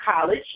college